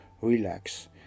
relax